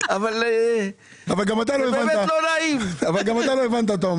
אבל גם אתה לא הבנת.